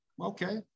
Okay